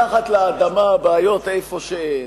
מחפשים מתחת לאדמה בעיות איפה שאין.